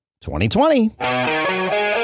2020